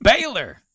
Baylor